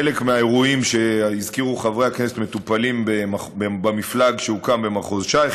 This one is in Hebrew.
חלק מהאירועים שהזכירו חברי הכנסת מטופלים במפלג שהוקם במחוז ש"י,